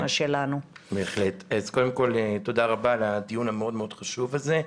קודם כל, תודה רבה על הדיון המאוד חשוב הזה.